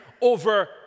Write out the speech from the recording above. over